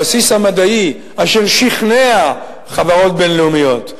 הבסיס המדעי אשר שכנע חברות בין-לאומיות להגיע,